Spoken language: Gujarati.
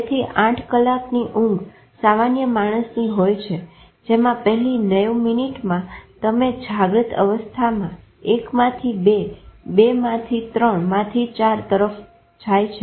તેથી 8 કલાકની ઊંઘ સામાન્ય માણસની હોય છે જેમાં પહેલી 90 મિનીટમાં તમે જાગૃત અવસ્થામાંથી 1 માંથી 2 માંથી 3 માંથી 4 તરફ જાય છે